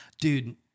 dude